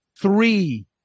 three